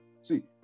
see